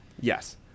Yes